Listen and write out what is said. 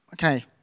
Okay